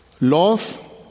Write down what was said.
love